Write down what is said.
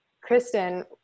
Kristen